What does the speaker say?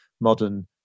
modern